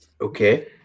Okay